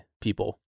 people